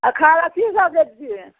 आओर खाए ले किसब दै छिए